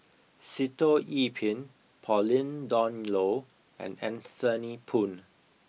Sitoh Yih Pin Pauline Dawn Loh and Anthony Poon